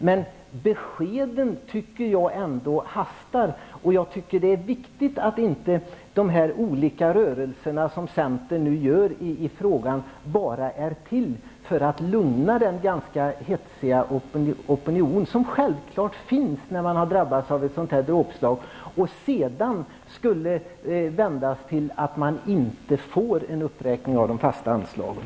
Men beskeden hastar, anser jag, och jag tycker att det är viktigt att de olika rörelser som centern nu gör i frågan inte är till bara för att lugna den ganska hetsiga opinion som självklart finns hos dem som drabbats av ett dråpslag och sedan löper risk att inte få en uppräkning av de fasta anslagen.